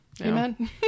Amen